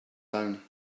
down